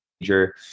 major